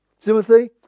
Timothy